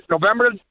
November